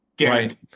right